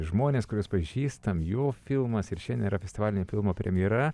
žmonės kuriuos pažįstam jo filmas ir šiandien yra festivalinė filmo premjera